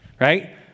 right